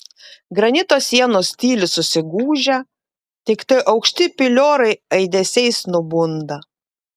granito sienos tyli susigūžę tiktai aukšti pilioriai aidesiais nubunda